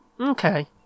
Okay